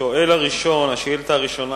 השאילתא הראשונה,